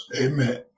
Amen